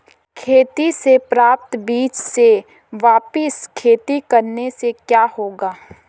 खेती से प्राप्त बीज से वापिस खेती करने से क्या होगा?